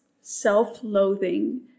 self-loathing